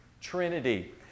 Trinity